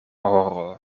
horo